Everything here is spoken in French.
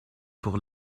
pour